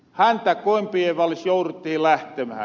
häntä koipien välis jouruttihin lähtemähän